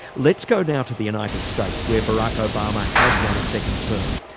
let's go now to the united states where barack obama has won a second term.